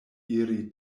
iri